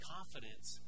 Confidence